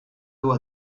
dur